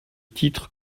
titre